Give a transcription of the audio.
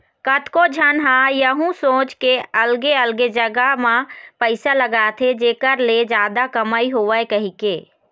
कतको झन ह यहूँ सोच के अलगे अलगे जगा म पइसा लगाथे जेखर ले जादा कमई होवय कहिके